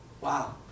wow